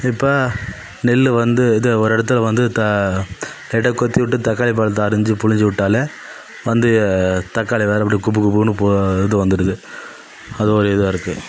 இப்போ நெல் வந்து இது ஒரு இடத்துல வந்து தா லைட்டாக கொத்தி விட்டு தக்காளி பழத்தை அரிஞ்சு புழிச்சி விட்டாலே வந்து தக்காளி வேறுபடி குபுகுபுனு போ இது வந்துடுது அது ஒரு இதாக இருக்குது